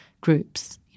groups